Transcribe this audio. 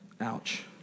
Ouch